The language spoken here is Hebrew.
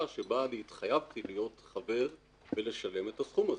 שבה אני התחייבתי להיות חבר ולשלם את הסכום הזה.